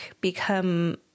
become